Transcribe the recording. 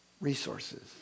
resources